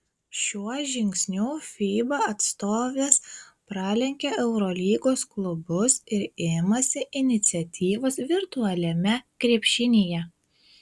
šiuo žingsniu fiba atstovės pralenkia eurolygos klubus ir imasi iniciatyvos virtualiame krepšinyje